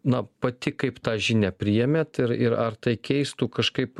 na pati kaip tą žinią priėmėt ir ir ar tai keistų kažkaip